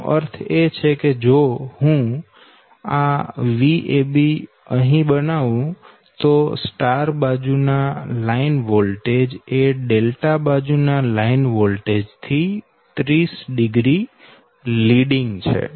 તેનો અર્થ એ કે જો હું આ VAB અહી બનાવું તો સ્ટાર બાજુ ના લાઈન વોલ્ટેજ એ ડેલ્ટા બાજુ ના લાઈન વોલ્ટેજ થી 30o લીડીંગ છે